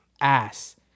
ass